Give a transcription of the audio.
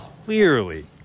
clearly